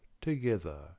together